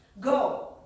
Go